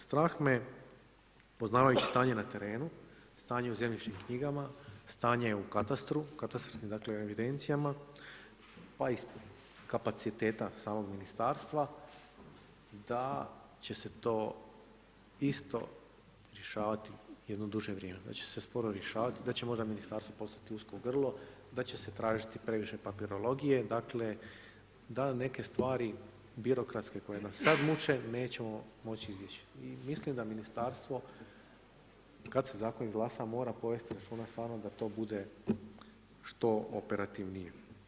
Strah me je, poznavajući stanje na terenu, stanje u zemljišnim knjiga, stanje u katastru, katastarskoj evidenciji pa i kapaciteta samog Ministarstva da će se to isto rješavati jedno duže vrijeme, da će se sporo rješavati i da će možda Ministarstvo postati usko grlo, da će se tražiti previše papirologije dakle, da neke stvari birokratske koje nas sad muče nećemo moći izbjeći i mislim da Ministarstvo kad se Zakon izglasa mora povesti računa stvarno da to bude što operativnije.